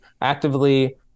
actively